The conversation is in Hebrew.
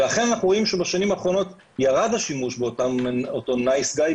ואכן אנחנו רואים שבשנים האחרונות ירד השימוש באותו 'נייס גאי'